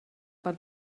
per